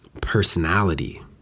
personality